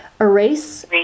erase